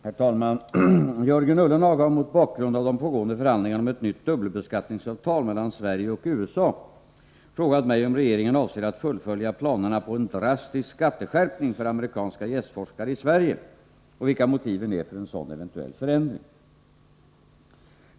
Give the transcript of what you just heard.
Herr talman! Jörgen Ullenhag har mot bakgrund av de pågående förhandlingarna om ett nytt dubbelbeskattningsavtal mellan Sverige och USA frågat mig om regeringen avser att fullfölja planerna på en drastisk skatteskärpning för amerikanska gästforskare i Sverige och vilka motiven är för en sådan eventuell förändring.